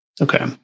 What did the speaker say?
Okay